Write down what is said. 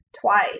twice